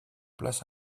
place